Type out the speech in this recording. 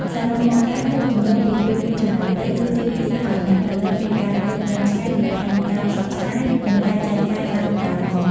សរុបមក ការរកចំណូលពីភាពយន្តចំណាយតិច គឺទាមទារឲ្យអ្នកផលិតមានការគិតវែងឆ្ងាយពីផែនការផ្សព្វផ្សាយ និងការចែកចាយតាំងពីដើមមក។